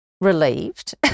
Relieved